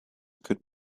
could